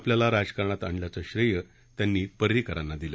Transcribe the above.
आपल्याला राजकारणात आणल्याचं श्रेय त्यांनी पर्रिकरांना दिलं